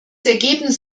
ergebnis